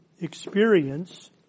experience